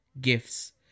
gifts